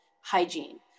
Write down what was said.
hygiene